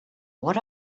what